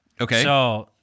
Okay